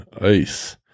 ice